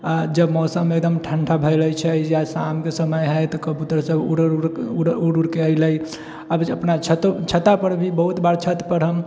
जब मौसम एकदम ठण्डा भए रहए छै जे शामके समयमे हइ तऽ कबूतर सब उड़ उड़के उड़ उड़के ऐलै अब अपना छतो पर बहुत बार छत पर हम